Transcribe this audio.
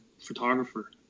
photographer